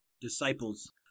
disciples